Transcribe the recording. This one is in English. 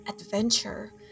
adventure